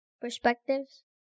perspectives